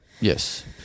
Yes